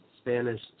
Spanish